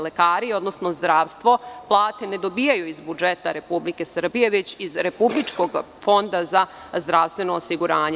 Lekari, odnosno zdravstvo, plate ne dobijaju iz budžeta Republike Srbije, već iz Republičkog fonda za zdravstveno osiguranje.